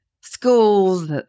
schools